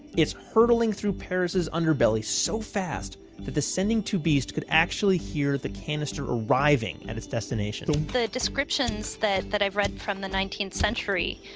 it's hurdling through paris' underbelly so fast that the sending tubist could actually hear the canister arriving at its destination. the descriptions that that i've read from the nineteenth century,